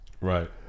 Right